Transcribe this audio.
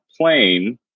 plane